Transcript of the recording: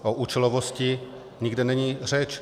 O účelovosti nikde není řeč.